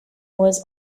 was